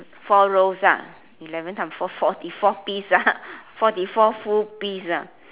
four rows ah eleven times four forty four piece ah forty four full piece ah